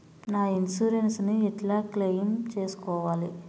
నా ఇన్సూరెన్స్ ని ఎట్ల క్లెయిమ్ చేస్కోవాలి?